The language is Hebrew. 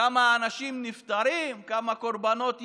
כמה אנשים נפטרים, כמה קורבנות יש,